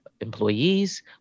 employees